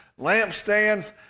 lampstands